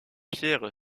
pierre